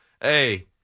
hey